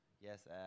Yes